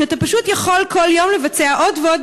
כשאתה פשוט יכול כל יום לבצע עוד ועוד